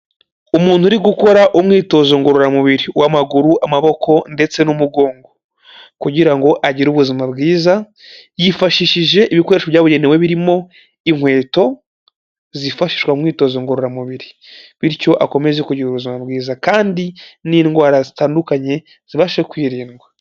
Umuntu uri gukora umwitozo ngororamubiri w'amaguru amaboko ndetse n'umugongo kugira ngo agire ubuzima bwiza, yifashishije ibikoresho byabugenewe birimo; inkweto zifashishwa mu myitozo ngororamubiri bityo akomeze kugira ubuzima bwiza kandi n'indwara zitandukanye zibashe kwirindwa.